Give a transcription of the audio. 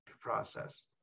process